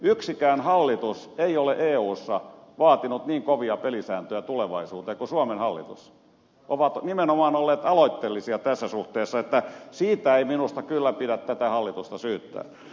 yksikään hallitus ei ole eussa vaatinut niin kovia pelisääntöjä tulevaisuuteen kuin suomen hallitus joka on nimenomaan ollut aloitteellinen tässä suhteessa niin että siitä ei minusta kyllä pidä tätä hallitusta syyttää